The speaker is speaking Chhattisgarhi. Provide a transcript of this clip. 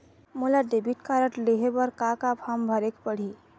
मोला डेबिट कारड लेहे बर का का फार्म भरेक पड़ही?